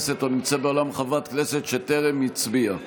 או חברת כנסת שטרם הצביעו?